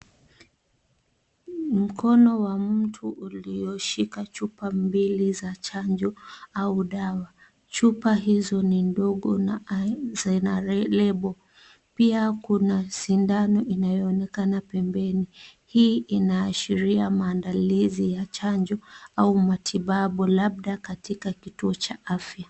Mkono wa mtu ulioshika chupa mbili za chanjo au dawa. Chupa hizo ni ndogo na zina lebo, pia kuna sindano inayoonekana pembeni. Hii inaashiria maandalizi ya chanjo au matibabu labda katika kituo cha afya.